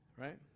right